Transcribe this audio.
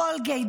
קולגייט,